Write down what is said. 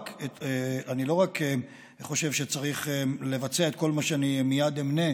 אני לא רק חושב שצריך לבצע את כל מה שאני מייד אמנה